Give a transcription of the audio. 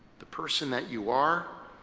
the person that you are,